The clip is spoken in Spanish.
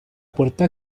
puerta